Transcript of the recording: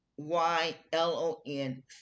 y-l-o-n